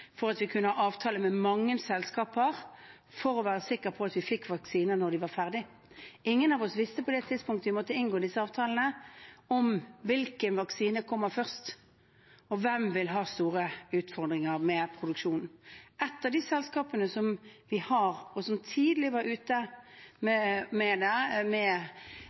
for at vi kunne ha avtale med mange selskaper, for å være sikre på at vi fikk vaksiner når de var ferdige. Ingen av oss visste på det tidspunktet da vi måtte inngå disse avtalene, hvilken vaksine som ville komme først, og hvem som ville ha store utfordringer med produksjonen. Et av de selskapene som var tidlig ute med å signalisere store volum, har